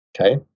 Okay